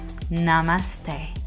Namaste